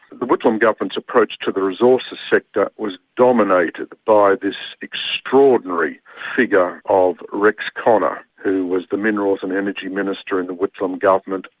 the whitlam government's approach to the resources sector was dominated by this extraordinary figure of rex connor, who was the minerals and energy minister in the whitlam government,